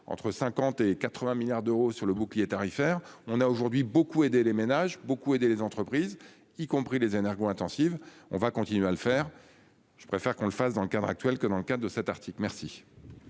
entre 50 et 80 milliards d'euros sur le bouclier tarifaire. On a aujourd'hui beaucoup aider les ménages beaucoup aider les entreprises, y compris les énergies intensive. On va continuer à le faire, je préfère qu'on le fasse dans le cadre actuel que dans le cas de cet article, merci.